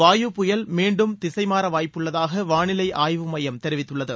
வாயு புயல் மீண்டும் திசைமாற வாய்ப்புள்ளதாக வானிலை ஆய்வு மையம் தெரிவித்துள்ளது